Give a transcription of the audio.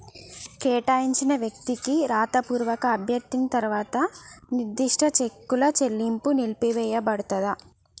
కేటాయించిన వ్యక్తికి రాతపూర్వక అభ్యర్థన తర్వాత నిర్దిష్ట చెక్కుల చెల్లింపు నిలిపివేయపడతది